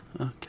okay